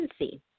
agency